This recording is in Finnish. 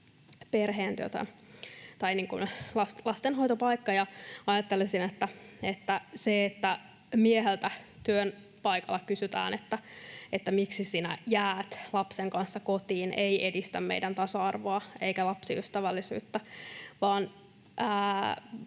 muutakin kuin lastenhoitopaikka, ja ajattelisin, että se, että mieheltä työpaikalla kysytään, miksi sinä ”jäät” lapsen kanssa kotiin, ei edistä meidän tasa-arvoa eikä lapsiystävällisyyttä.